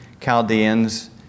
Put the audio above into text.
Chaldeans